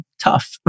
tough